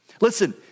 Listen